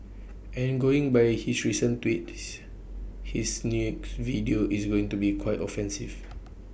and going by his recent tweets his next video is going to be quite offensive